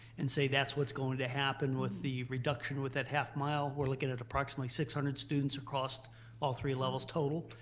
and say that's what's going to happen with the reduction of that half mile. we're looking at approximately six hundred students across all three levels total.